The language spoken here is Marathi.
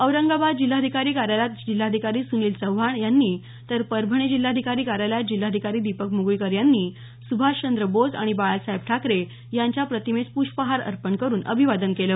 औरंगाबाद जिल्हाधिकारी कार्यालयात जिल्हाधिकारी सुनील चव्हाण यांनी तर परभणी जिल्हाधिकारी कार्यालयात जिल्हाधिकारी दीपक मुगळीकर यांनी सुभाषचंद्र बोस आणि बाळासाहेब ठाकरे यांच्या प्रतिमेस पुष्पहार अर्पण करुन अभिवादन केलं